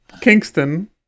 Kingston